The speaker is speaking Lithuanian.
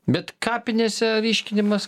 bet kapinėse ryškinimas